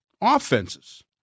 offenses